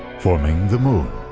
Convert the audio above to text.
forming the moon.